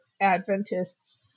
Adventists